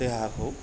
देहाखौ